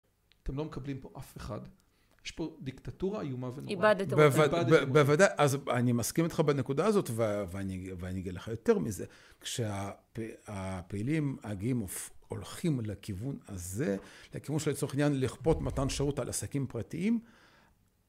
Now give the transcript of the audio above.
אתם לא מקבלים פה אף אחד. יש פה דיקטטורה איומה ונוראה. איבדתם אותי. בוודאי. אז אני מסכים איתך בנקודה הזאת, ואני אגיד לך יותר מזה. כשהפעילים הגאים, הולכים לכיוון הזה, לכיוון שלצורך העניין לכפות מתן שירות על עסקים פרטיים.